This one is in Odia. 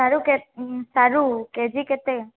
ସାରୁ କେ ସାରୁ କେଜି କେତେ